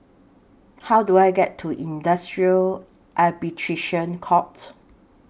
How Do I get to Industrial Arbitration Court